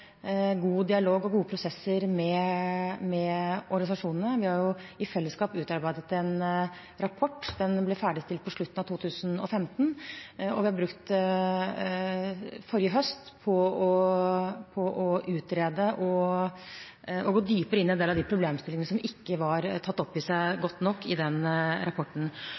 god dialog og gode prosesser med organisasjonene. Vi har i fellesskap utarbeidet en rapport. Den ble ferdigstilt i slutten av 2015, og vi har brukt forrige høst på å utrede og gå dypere inn i en del av de problemstillingene som ikke var tatt opp godt nok i den rapporten.